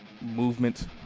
movement